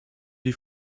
die